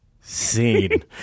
scene